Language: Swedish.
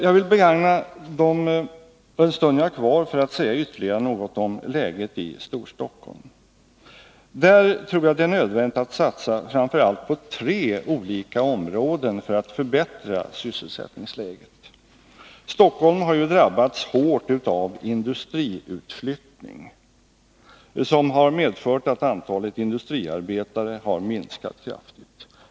Jag vill begagna den stund jag har kvar till att säga ytterligare något om läget i Storstockholm. Där tror jag det är nödvändigt att satsa på framför allt tre olika områden för att förbättra sysselsättningsläget. Stockholm har ju drabbats hårt av industriutflyttning, som har medfört att antalet industriarbetare har minskat kraftigt.